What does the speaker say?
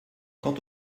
quant